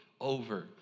over